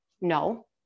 No